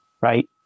right